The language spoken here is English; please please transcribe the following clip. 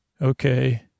Okay